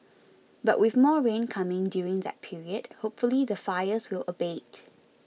but with more rain coming during that period hopefully the fires will abate